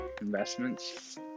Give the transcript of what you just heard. investments